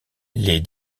les